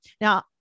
Now